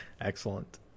Excellent